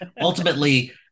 ultimately